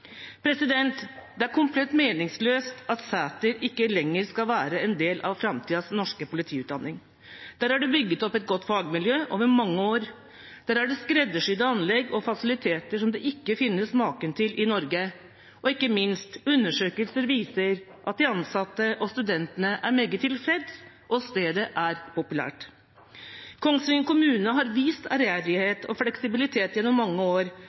Det er komplett meningsløst at Sæter ikke lenger skal være en del av framtidens norske politiutdanning. Der er det bygget opp et godt fagmiljø over mange år. Der er det skreddersydde anlegg og fasiliteter som det ikke finnes maken til i Norge. Og ikke minst viser undersøkelser at de ansatte og studentene er meget tilfredse, og at stedet er populært. Kongsvinger kommune har vist ærgjerrighet og fleksibilitet gjennom mange år.